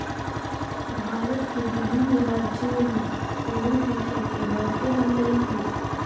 भारत के विभिन्न राज्यों में फूलों की खेती बढ़ते रहलइ हे